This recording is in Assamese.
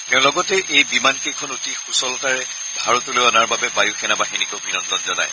তেওঁ লগতে এই বিমান কেইখন অতি সূচলতাৰে ভাৰতলৈ অনাৰ বাবে বায়ু সেনা বাহিনীক অভিনন্দন জনায়